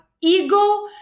ego